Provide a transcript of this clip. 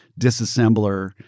disassembler